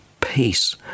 peace